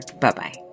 Bye-bye